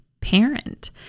parent